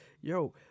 Yo